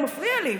הוא מפריע לי.